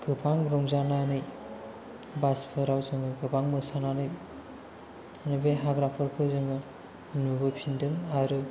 गोबां रंजानानै बासफोराव जोङो गोबां मोसानानै बे हाग्राफोरखौ जोङो नुबोफिनदों आरो